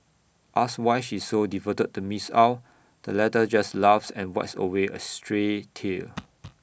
asked why she is so devoted to miss Ow the latter just laughs and wipes away A stray tear